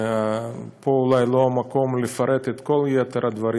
פה אולי לא המקום לפרט את כל יתר הדברים,